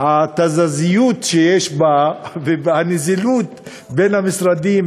התזזיות שיש בה והנזילות בין המשרדים,